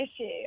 issue